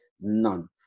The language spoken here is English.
None